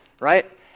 right